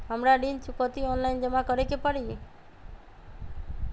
हमरा ऋण चुकौती ऑनलाइन जमा करे के परी?